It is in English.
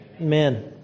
Amen